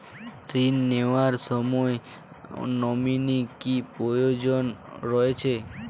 ঋণ নেওয়ার সময় নমিনি কি প্রয়োজন রয়েছে?